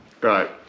Right